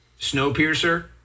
Snowpiercer